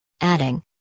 Adding